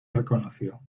reconoció